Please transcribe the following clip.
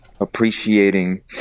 appreciating